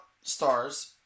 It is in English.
stars